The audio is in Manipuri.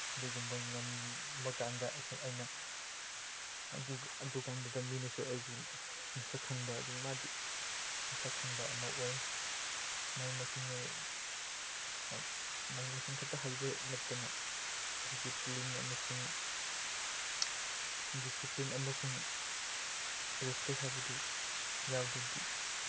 ꯑꯗꯨꯒꯨꯝꯕ ꯉꯝꯕꯀꯥꯟꯗ ꯑꯩꯅ ꯑꯗꯨꯀꯥꯟꯗ ꯃꯤꯅꯁꯨ ꯑꯩꯕꯨ ꯃꯁꯛ ꯈꯪꯕ ꯑꯗꯨ ꯃꯥꯗꯤ ꯃꯁꯛ ꯈꯪꯕ ꯑꯃ ꯑꯣꯏ ꯃꯍꯩ ꯃꯁꯤꯡꯅ ꯌꯥꯝ ꯃꯍꯩ ꯃꯁꯤꯡꯈꯛꯇ ꯍꯩꯕ ꯅꯠꯇꯅ ꯗꯤꯁꯤꯄ꯭ꯂꯤꯟ ꯑꯃꯁꯨꯡ ꯗꯤꯁꯤꯄ꯭ꯂꯤꯟ ꯑꯃꯁꯨꯡ ꯔꯦꯁꯄꯦꯛ ꯍꯥꯏꯕꯗꯨ ꯌꯥꯎꯗ꯭ꯔꯗꯤ